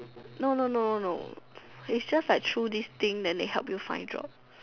no no no no no is just like through this thing then they help you find jobs